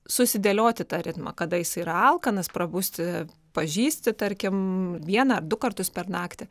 susidėlioti tą ritmą kada jis yra alkanas prabusti pažįsti tarkim vieną ar du kartus per naktį